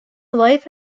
life